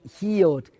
healed